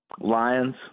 Lions